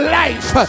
life